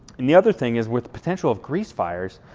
and the other thing is with potential of grease fires,